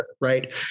Right